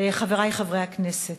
חברי חברי הכנסת,